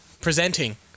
Presenting